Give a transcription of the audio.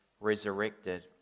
resurrected